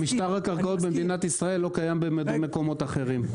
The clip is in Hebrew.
גם משטר הקרקעות במדינת ישראל לא קיים במקומות אחרים.